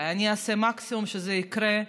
אולי אני אעשה את המקסימום שזה יקרה.